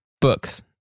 books